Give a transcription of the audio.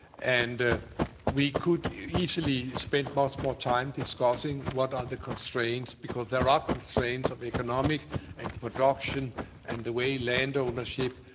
and we could easily spend much more time discussing what are the constraints, because there are constraints of economic and production and the way land ownership,